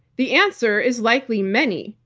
the answer is likely many,